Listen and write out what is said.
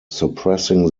suppressing